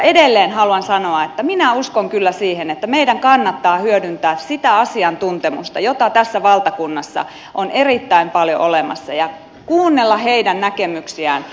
edelleen haluan sanoa että minä uskon kyllä siihen että meidän kannattaa hyödyntää sitä asiantuntemusta jota tässä valtakunnassa on erittäin paljon olemassa ja kuunnella heidän näkemyksiään